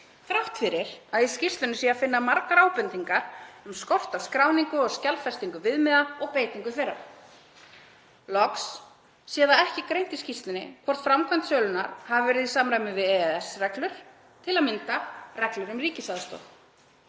þrátt fyrir að í skýrslunni sé að finna margar ábendingar um skort á skráningu og skjalfestingu viðmiða og beitingu þeirra. Loks sé það ekki greint í skýrslunni hvort framkvæmd sölunnar hafi verið í samræmi við EES-reglur, til að mynda reglur um ríkisaðstoð.